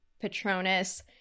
Patronus